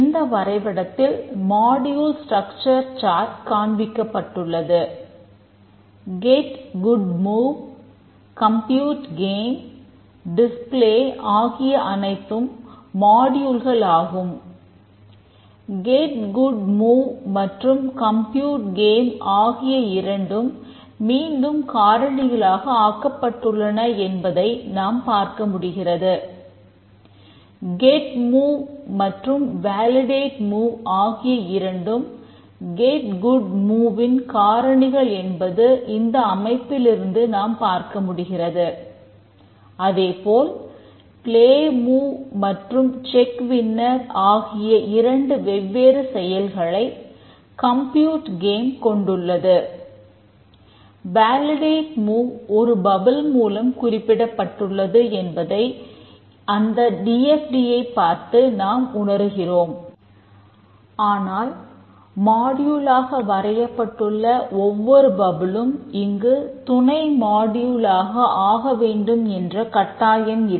இந்த வரைபடத்தில் module structure chart ஆகவேண்டும் என்ற கட்டாயம் இல்லை